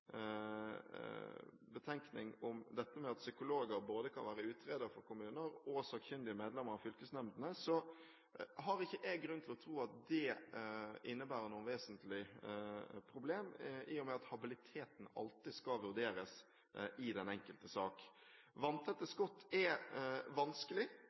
at psykologer kan være både utreder for kommuner og sakkyndig medlem av fylkesnemndene, har jeg ikke grunn til å tro at det innebærer noe vesentlig problem i og med at habiliteten alltid skal vurderes i den enkelte sak. Vanntette skott er vanskelig